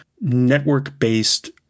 network-based